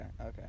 okay